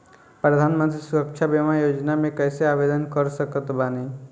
प्रधानमंत्री सुरक्षा बीमा योजना मे कैसे आवेदन कर सकत बानी?